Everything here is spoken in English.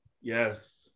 Yes